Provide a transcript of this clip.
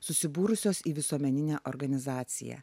susibūrusios į visuomeninę organizaciją